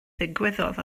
ddigwyddodd